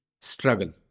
struggle